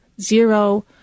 zero